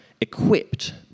equipped